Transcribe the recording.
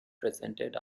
presented